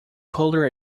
color